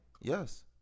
Yes